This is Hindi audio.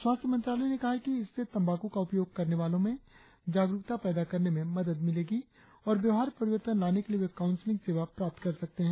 स्वास्थ्य मंत्रालय ने कहा है कि इससे तंबाकू का उपयोग करने वालों में जागरुकता पैदा करने में मदद मिलेगी और व्यवहार परिवर्तन लाने के लिए वे काउंसलिंग सेवा प्राप्त कर सकते हैं